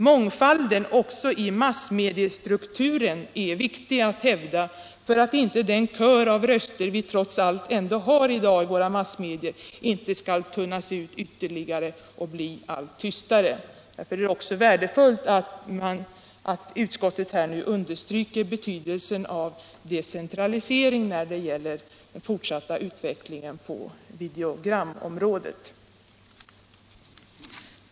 Mångfalden också i massmediestrukturen är viktig att hävda för att den kör av röster som vi trots allt ändå har i dag i våra massmedier inte skall tunnas ut ytterligare och bli allt tystare. Därför är det också värdefullt att utskottet nu understryker betydelsen av decentralisering när det gäller den fortsatta utvecklingen på videogramområdet.